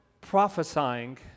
prophesying